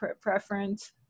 preference